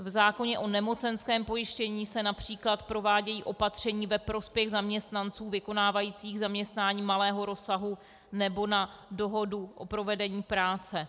V zákoně o nemocenském pojištění se například provádějí opatření ve prospěch zaměstnanců vykonávajících zaměstnání malého rozsahu nebo na dohodu o provedení práce.